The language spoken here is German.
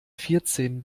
vierzehn